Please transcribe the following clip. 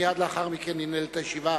מייד לאחר מכן ננעלת הישיבה.